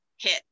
hit